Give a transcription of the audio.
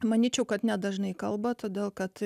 manyčiau kad nedažnai kalba todėl kad